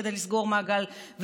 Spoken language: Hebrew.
כדי לסגור מעגל,